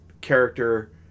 character